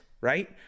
Right